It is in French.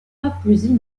papouasie